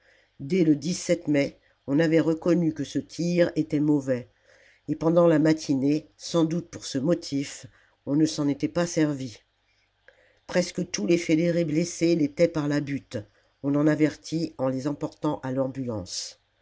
dès le mai on avait reconnu que ce tir était mauvais et pendant la matinée sons doute pour ce motif on ne s'en était pas servi presque tous les fédérés blessés l'étaient par la butte on en avertit en les emportant à l'ambulance